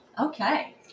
Okay